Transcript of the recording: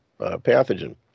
pathogen